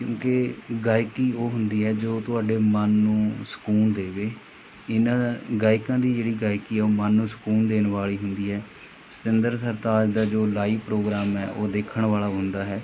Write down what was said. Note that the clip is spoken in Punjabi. ਕਿਉਂਕਿ ਗਾਇਕੀ ਉਹ ਹੁੰਦੀ ਹੈ ਜੋ ਤੁਹਾਡੇ ਮਨ ਨੂੰ ਸਕੂਨ ਦੇਵੇ ਇਹਨਾਂ ਗਾਇਕਾਂ ਦੀ ਜਿਹੜੀ ਗਾਇਕੀ ਹੈ ਉਹ ਮਨ ਨੂੰ ਸਕੂਨ ਦੇਣ ਵਾਲੀ ਹੁੰਦੀ ਹੈ ਸਤਿੰਦਰ ਸਰਤਾਜ ਦਾ ਜੋ ਲਾਈਵ ਪ੍ਰੋਗਰਾਮ ਹੈ ਉਹ ਦੇਖਣ ਵਾਲਾ ਹੁੰਦਾ ਹੈ